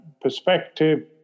perspective